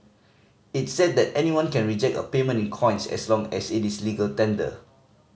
it said that anyone can reject a payment in coins as long as it is legal tender